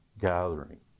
gathering